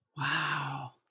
Wow